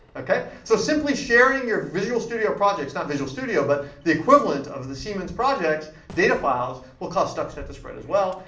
ok? so simply sharing your visual studio projects not visual studio, but the equivalent of the siemens projects, data files, will cause stuxnet to spread as well.